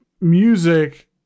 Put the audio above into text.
music